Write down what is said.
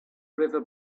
river